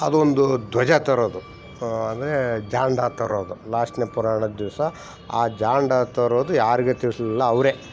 ಅದೊಂದು ಧ್ವಜ ತರೋದು ಅಂದರೆ ಜಾಂಡ ತರೋದು ಲಾಸ್ಟ್ನೇ ಪುರಾಣದ ದಿವಸ ಆ ಜಾಂಡ ತರೋದು ಯಾರಿಗೆ ತಿಳಿಸ್ಲಿಲ್ಲ ಅವರೇ